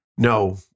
No